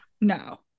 No